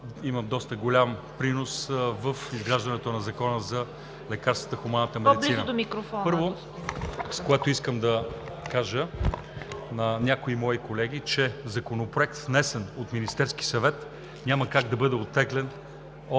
имат доста голям принос в изграждането на Закона за лекарствата в хуманната медицина. Първото, което искам да кажа на някои мои колеги, е, че законопроект, внесен от Министерския съвет, няма как да бъде оттеглен